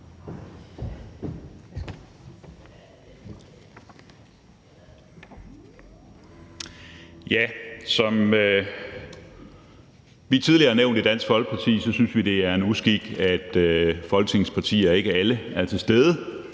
Som vi tidligere har nævnt i Dansk Folkeparti, synes vi, det er en uskik, at Folketingets partier ikke alle er til stede,